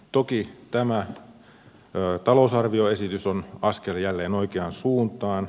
toki tämä talousarvioesitys on askel jälleen oikeaan suuntaan